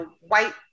white